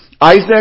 Isaac